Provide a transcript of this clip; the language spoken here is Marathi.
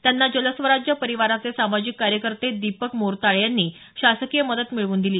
त्यांना जलस्वराज्य परिवाराचे सामाजिक कार्यकर्ते दीपक मोरताळे यांनी शासकीय मदत मिळवून दिली